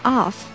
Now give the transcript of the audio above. off